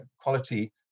quality